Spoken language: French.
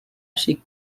chez